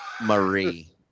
Marie